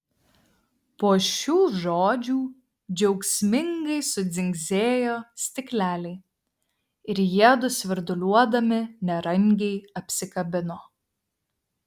po šių žodžių džiaugsmingai sudzingsėjo stikleliai ir jiedu svirduliuodami nerangiai apsikabino